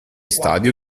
stadio